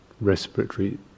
respiratory